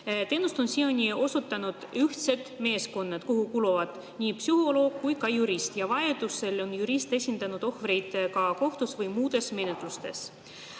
Teenust on siiani osutanud ühtsed meeskonnad, kuhu kuuluvad nii psühholoog kui ka jurist, ja vajadusel on jurist esindanud ohvreid ka kohtus või muudes menetlustes.